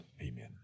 amen